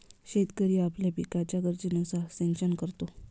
शेतकरी आपल्या पिकाच्या गरजेनुसार सिंचन करतो